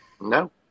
No